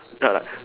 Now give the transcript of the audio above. then I like